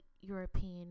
European